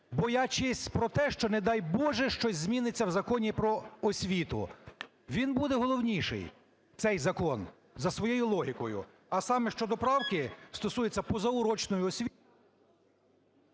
боячись про те, що не, дай Боже, щось зміниться в Законі "Про освіту"? Він буде головніший, цей закон, за своєю логікою. А саме щодо правки, стосується позаурочної освіти…